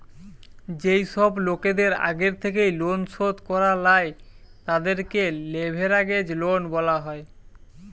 যেই সব লোকদের আগের থেকেই লোন শোধ করা লাই, তাদেরকে লেভেরাগেজ লোন বলা হয়